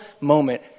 moment